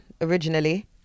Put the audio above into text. originally